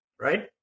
right